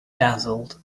dazzled